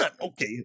okay